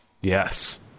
Yes